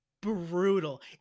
brutal